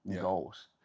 goals